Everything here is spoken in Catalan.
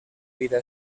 vida